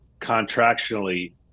contractually